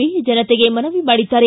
B ಜನತೆಗೆ ಮನವಿ ಮಾಡಿದ್ದಾರೆ